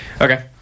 okay